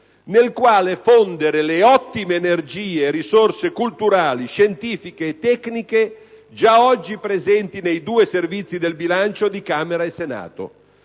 nel quale fondere le ottime energie, risorse culturali, scientifiche e tecniche già oggi presenti nei due Servizi del bilancio di Camera e Senato,